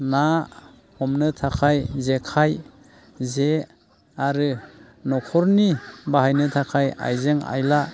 ना हमनो थाखाय जेखाइ जे आरो न'खरनि बाहायनो थाखाय आइजें आयला